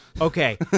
Okay